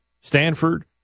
Stanford